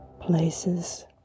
Places